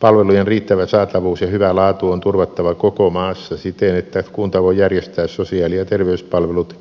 palvelujen riittävä saatavuus ja hyvä laatu on turvattava koko maassa siten että kunta voi järjestää sosiaali ja terveyspalvelut